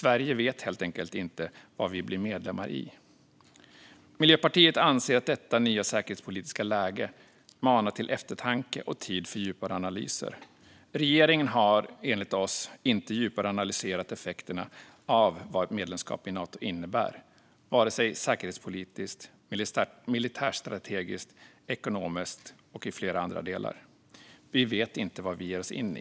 Vi vet helt enkelt inte vad Sverige blir medlem i. Miljöpartiet anser att detta nya säkerhetspolitiska läge manar till eftertanke och tid för djupare analyser. Regeringen har enligt oss inte djupare analyserat effekterna av vad ett medlemskap i Nato innebär, vare sig säkerhetspolitiskt eller militärstrategiskt, ekonomiskt eller i flera andra delar. Vi vet inte vad vi ger oss in i.